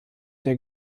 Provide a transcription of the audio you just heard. der